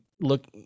look